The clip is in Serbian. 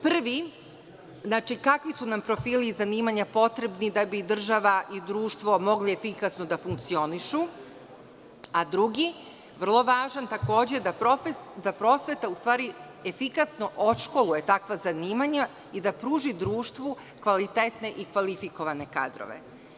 Prvi – kakvi su nam profili i zanimanja potrebni da bi država i društvo mogli efikasno da funkcionišu, a drugi, vrlo važan takođe – da prosveta u stvari efikasno odškoluje takva zanimanja i da pruži društvu kvalitetne i kvalifikovane kadrove.